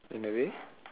என்னது:ennathu